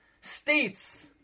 states